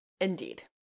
Indeed